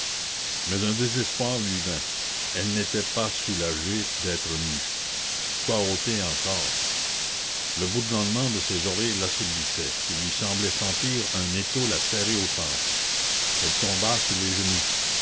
mais un désespoir lui vint elle n'était pas soulagée d'être nue quoi ôter encore le bourdonnement de ses oreilles l'assourdissait il lui semblait sentir un étau la serrer aux tempes elle tomba sur les genoux